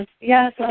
Yes